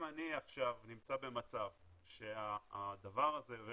אם אני עכשיו נמצא במצב שהדבר הזה,